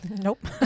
Nope